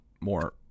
more